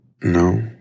No